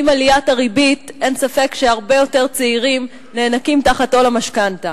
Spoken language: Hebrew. ועם עליית הריבית אין ספק שהרבה יותר צעירים נאנקים תחת עול המשכנתה.